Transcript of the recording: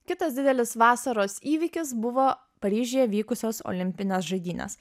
kitas didelis vasaros įvykis buvo paryžiuje vykusios olimpinės žaidynės